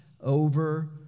over